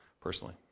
personally